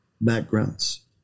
backgrounds